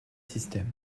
système